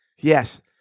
yes